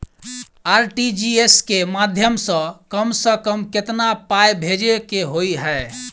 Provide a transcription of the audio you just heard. RTGS केँ माध्यम सँ कम सऽ कम केतना पाय भेजे केँ होइ हय?